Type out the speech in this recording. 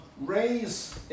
raise